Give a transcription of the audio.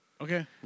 Okay